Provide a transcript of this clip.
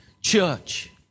church